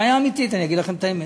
בעיה אמיתית, אני אגיד לכם את האמת.